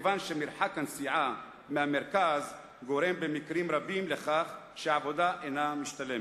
מכיוון שמרחק הנסיעה מהמרכז גורם במקרים רבים לכך שהעבודה אינה משתלמת.